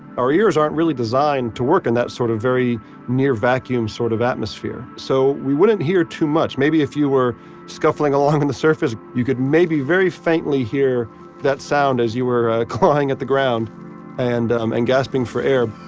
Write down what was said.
our ears aren't really designed to work in that sort of very near vacuum sort of atmosphere. so we wouldn't hear too much, maybe if you were scuffling along on the surface, you could maybe very faintly hear that sound as you were clawing at the ground and um and gasping for air